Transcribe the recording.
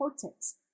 cortex